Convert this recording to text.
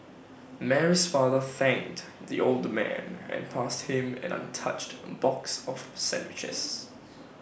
Mary's father thanked the old man and passed him an untouched box of sandwiches